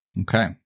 Okay